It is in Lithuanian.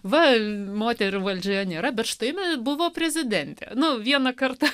va moterų valdžioje nėra bet štai mes buvome prezidentė nu vieną kartą